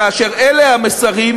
כאשר אלה המסרים,